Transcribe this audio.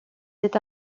est